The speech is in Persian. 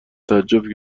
تعجب